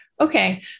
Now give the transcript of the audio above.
okay